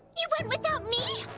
you went without me?